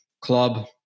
club